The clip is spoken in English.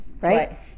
Right